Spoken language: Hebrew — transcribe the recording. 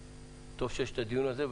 טוב שיש את הדיון הזה,